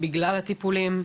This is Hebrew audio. בגלל הטיפולים.